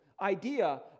idea